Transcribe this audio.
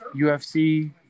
UFC